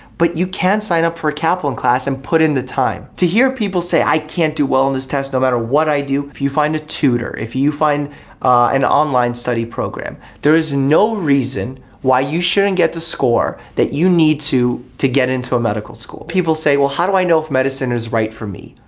but you can sign up for a kaplan class and put in the time. to hear people say i can't do well in this test no matter what i do. if you find a tutor, if you find an online study program there is no reason why you shouldn't get the score that you need to, to get into a medical school. people say well how do i know if medicine is right for me?